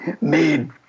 made